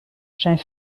zijn